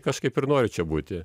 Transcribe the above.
kažkaip ir noriu čia būti